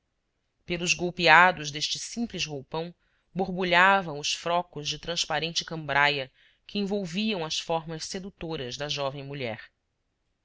pelos golpeados deste simples roupão borbulhavam os frocos de transparente cambraia que envolviam as formas sedutoras da jovem mulher